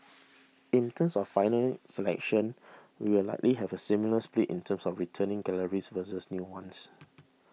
in terms of final selection we will likely have a similar split in terms of returning galleries versus new ones